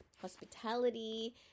hospitality